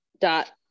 Dot